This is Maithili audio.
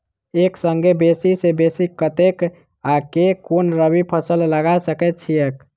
एक संगे बेसी सऽ बेसी कतेक आ केँ कुन रबी फसल लगा सकै छियैक?